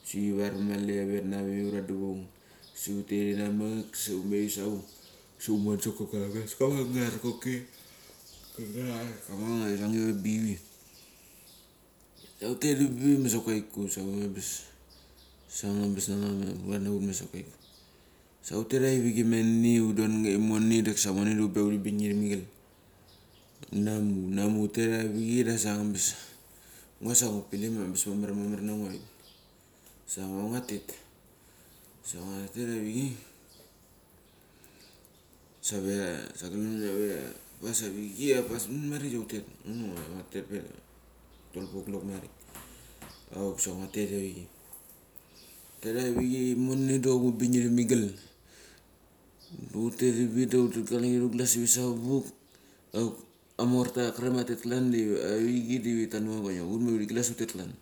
Si vanam aleveth anva ura duvong siu hutet inamak si humetivik Autetivi mosak kuiaku sa angabas, sa angabas sa hutet avik imene, hutdan imone doki sa mone di ksamone da hupe huri bingiramigel. Hunamu hunamu hutek avichei da sa angbas, ngo sa ngu pilimia ambas mamar mamar nango avik sa ngave ngutet. Sa ngua sa nga tet avichei sa va saglamna hapas marik da hutek twelve oc'lock ma rauk. Auk sa hugulet ivi, hutet avik imone da hubingiram igel hutet ivi huri glas ivi savuk auk amorta krama tattet klan da avara vichei da tital ma ura guangirong, hut ma huri glas da hutet klan